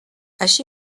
així